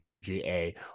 Ga